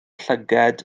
llygaid